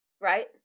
Right